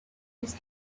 his